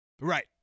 Right